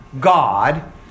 God